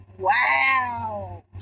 Wow